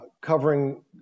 covering